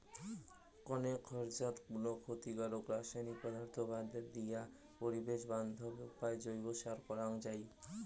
কণেক খরচাত কুনো ক্ষতিকারক রাসায়নিক পদার্থ বাদ দিয়া পরিবেশ বান্ধব উপায় জৈব সার করাং যাই